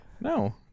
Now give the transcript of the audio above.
No